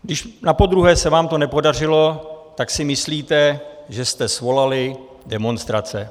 Když napodruhé se vám to nepodařilo, tak si myslíte, že jste svolali demonstrace.